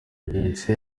yahise